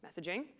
messaging